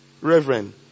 reverend